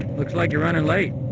looks like you're running late!